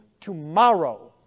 tomorrow